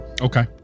Okay